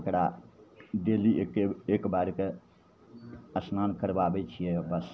ओकरा डेली एक्के एक बेरके अस्न्नान करबाबै छिए बस